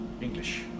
English